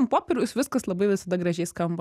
ant popieriaus viskas labai visada gražiai skamba